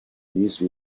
these